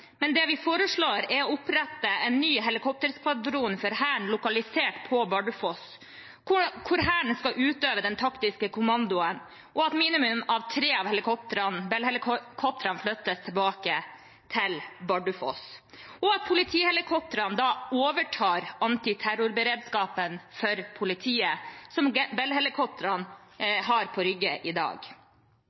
men det vi foreslår, er å opprette en ny helikopterskvadron for Hæren lokalisert på Bardufoss, hvor Hæren skal utøve den taktiske kommandoen, at minimum tre av Bell-helikoptrene flyttes tilbake til Bardufoss, og at politihelikoptrene overtar antiterrorberedskapen for politiet, som Bell-helikoptrene på Rygge har i dag.